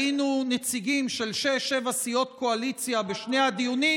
היינו נציגים של שש-שבע סיעות קואליציה בשני הדיונים.